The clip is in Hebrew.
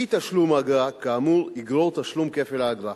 אי-תשלום האגרה כאמור יגרור תשלום כפל האגרה.